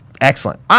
Excellent